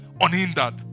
unhindered